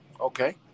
Okay